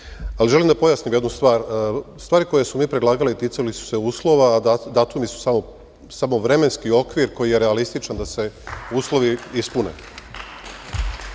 diskusiji. Želim da pojasnim jednu stvar, stvari koje smo mi predlagali ticali su se uslova, a datumi su samo vremenski okvir realističan da se uslovi ispune.U